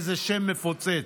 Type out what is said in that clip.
איזה שם מפוצץ,